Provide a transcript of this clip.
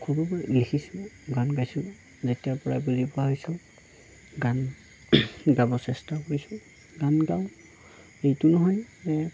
সৰুৰপৰাই লিখিছিলোঁ গান গাইছিলোঁ যেতিয়াৰপৰা বুজি পোৱা হৈছোঁ গান গাব চেষ্টাও কৰিছোঁ গান গাওঁ এইটো নহয় যে